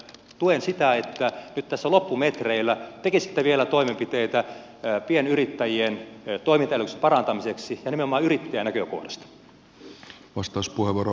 tuen sitä että nyt tässä loppumetreillä tekisitte vielä toimenpiteitä pienyrittäjien toimintaedellytysten parantamiseksi ja nimenomaan yrittäjänäkökohdasta